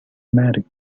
marry